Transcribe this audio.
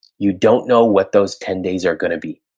you don't know what those ten days are gonna be.